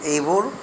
এইবোৰ